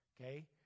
Okay